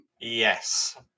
Yes